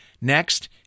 Next